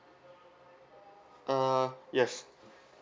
uh yes